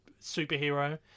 superhero